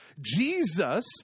Jesus